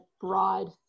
broad